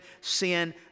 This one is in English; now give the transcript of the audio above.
sin